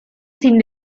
sin